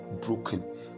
broken